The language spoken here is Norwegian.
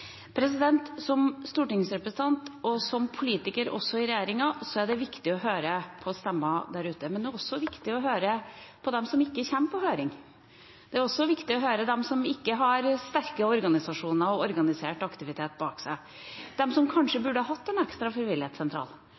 som stortingsrepresentant og som politiker i regjeringa er det viktig å høre på stemmene der ute. Men det er også viktig å høre på dem som ikke kommer på høring. Det er også viktig å høre på dem som ikke har sterke organisasjoner og organisert aktivitet bak seg, dem som kanskje burde hatt en ekstra